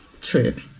trip